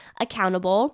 accountable